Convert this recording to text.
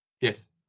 Yes